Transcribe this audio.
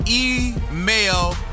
email